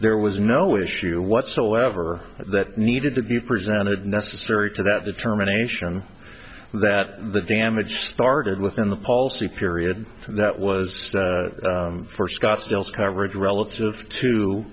there was no issue whatsoever that needed to be presented necessary to that determination that the damage started within the policy period that was for scottsdale coverage relative to